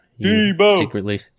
secretly